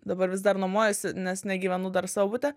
dabar vis dar nuomojuosi nes negyvenu dar savo bute